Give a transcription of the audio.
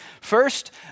First